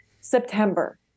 September